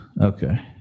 Okay